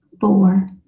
four